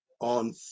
on